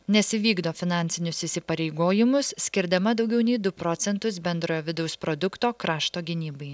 nes įvykdo finansinius įsipareigojimus skirdama daugiau nei du procentus bendrojo vidaus produkto krašto gynybai